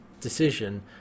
decision